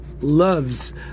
loves